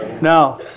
now